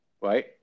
right